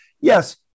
yes